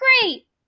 great